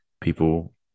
people